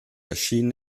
erschien